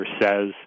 says